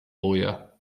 lawyer